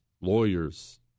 lawyers